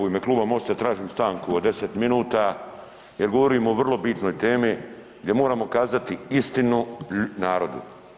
U ime kluba Mosta tražim stanku od 10 minuta jer govorimo o vrlo bitnoj temi gdje moramo kazati istinu narodu.